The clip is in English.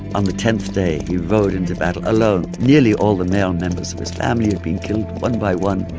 on the tenth day, he rode into battle alone. nearly all the male members of his family had been killed one by one.